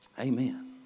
Amen